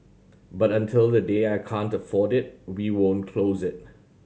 but until the day I can't afford it we won't close it